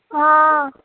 हँ